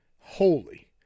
holy